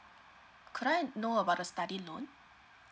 could I know about the study loan